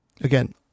Again